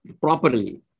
properly